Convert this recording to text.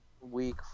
week